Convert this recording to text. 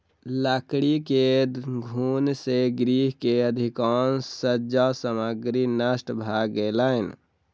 लकड़ी के घुन से गृह के अधिकाँश सज्जा सामग्री नष्ट भ गेलैन